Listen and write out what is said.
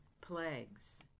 plagues